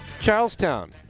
Charlestown